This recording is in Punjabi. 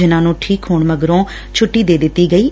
ਜਿਨ੍ਹਾਂ ਨੂੰ ਠੀਕ ਹੋਣ ਮਗਰੋ ਛੁੱਟੀ ਦੇ ਦਿੱਤੀ ਗਈ ਐ